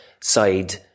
side